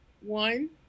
One